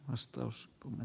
vastaus kun